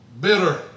bitter